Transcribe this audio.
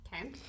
Okay